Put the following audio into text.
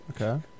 Okay